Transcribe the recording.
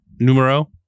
Numero